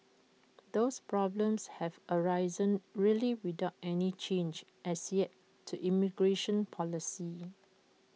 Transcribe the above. those problems have arisen really without any change as yet to migration policy